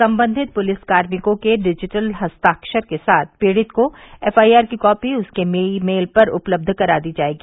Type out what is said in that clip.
संबंधित पुलिस कार्मिकों के डिजिटल हस्ताक्षर के साथ पीड़ित को एफआईआर की कॉपी उसके ई मेल पर उपलब्ध करा दी जाएगी